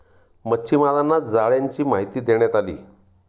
मच्छीमारांना जाळ्यांची माहिती देण्यात आली